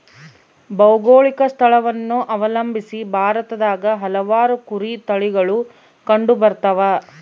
ಭೌಗೋಳಿಕ ಸ್ಥಳವನ್ನು ಅವಲಂಬಿಸಿ ಭಾರತದಾಗ ಹಲವಾರು ಕುರಿ ತಳಿಗಳು ಕಂಡುಬರ್ತವ